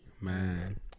man